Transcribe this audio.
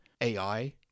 AI